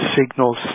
signals